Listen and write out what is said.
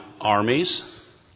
armies